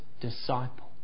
disciple